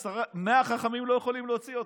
מאה חכמים לא יכולים להוציא אותה.